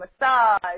massage